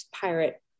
pirate